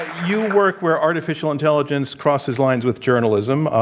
you work where artificial intelligence crosses lines with journalism.